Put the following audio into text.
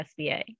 SBA